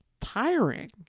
tiring